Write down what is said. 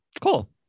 Cool